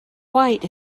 white